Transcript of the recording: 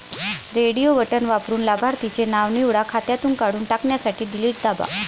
radio button वापरून लाभार्थीचे नाव निवडा, खात्यातून काढून टाकण्यासाठी डिलीट दाबा